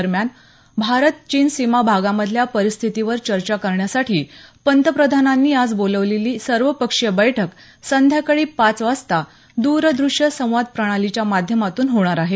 दरम्यान भारत चीन सीमा भागामधल्या परिस्थितीवर चर्चा करण्यासाठी पंतप्रधानांनी आज बोलावलेली सर्वपक्षीय बैठक संध्याकाळी पाच वाजता दूरदृश्य संवाद प्रणालीच्या माध्यमातून होणार आहे